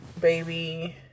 baby